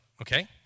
okay